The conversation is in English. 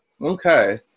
Okay